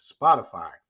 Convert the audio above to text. Spotify